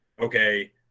okay